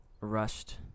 rushed